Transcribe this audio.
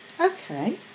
Okay